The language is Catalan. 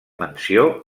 menció